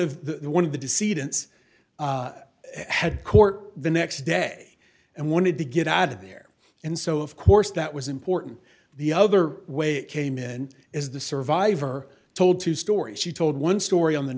of the one of the deceit ants had court the next day and wanted to get out of there and so of course that was important the other way it came in as the survivor told two stories she told one story on the